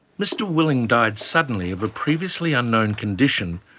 mr willing died suddenly of a previously unknown condition,